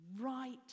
Right